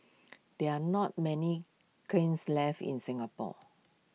there are not many kilns left in Singapore